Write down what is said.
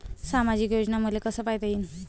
सामाजिक योजना मले कसा पायता येईन?